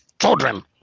children